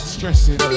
Stressing